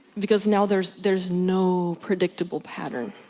because now there's there's no predictable pattern.